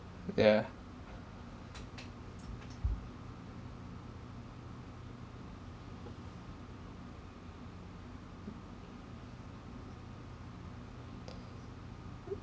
yeah